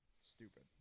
Stupid